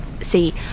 See